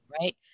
right